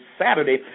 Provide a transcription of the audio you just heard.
Saturday